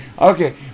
Okay